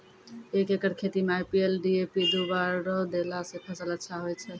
एक एकरऽ खेती मे आई.पी.एल डी.ए.पी दु बोरा देला से फ़सल अच्छा होय छै?